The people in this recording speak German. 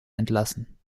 entlassen